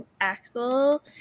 Axel